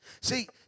See